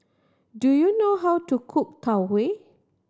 do you know how to cook Tau Huay